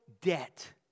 debt